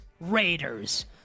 Raiders